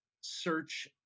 search